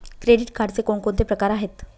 Credit कार्डचे कोणकोणते प्रकार आहेत?